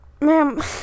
Ma'am